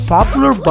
Popular